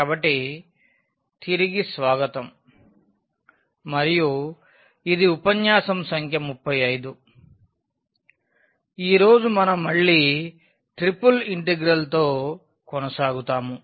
కాబట్టి తిరిగి స్వాగతం మరియు ఇది ఉపన్యాసం సంఖ్య 35 ఈ రోజు మనం మళ్ళీ ట్రిపుల్ ఇంటిగ్రల్తో కొనసాగుతాము